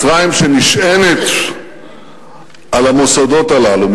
מצרים שנשענת על המוסדות הללו,